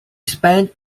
spent